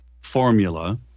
formula